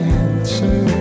answer